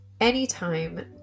Anytime